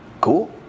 cool